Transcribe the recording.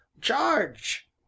Charge